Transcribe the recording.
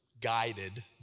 guided